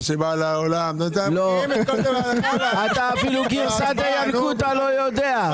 אתה אפילו גרסא דינקותא לא יודע.